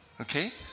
Okay